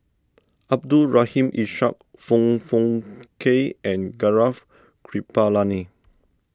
Abdul Rahim Ishak Foong Fook Kay and Gaurav Kripalani